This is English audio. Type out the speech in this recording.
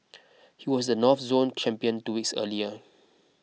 he was the North Zone champion two weeks earlier